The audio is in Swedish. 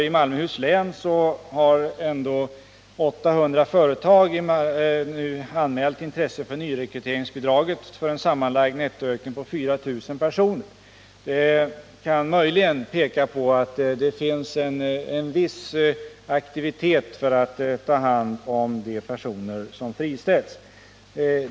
I Malmöhus län har 800 företag anmält intresse för nyrekryteringsbidraget för en sammanlagd nettoökning med 4 000 personer. Detta kan möjligen tyda på att det pågår en viss aktivitet i syfte att ta hand om de personer som friställts.